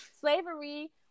slavery